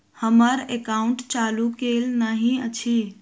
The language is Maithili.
हम्मर एकाउंट चालू केल नहि अछि?